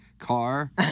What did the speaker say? Car